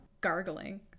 gargling